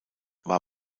war